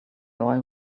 oil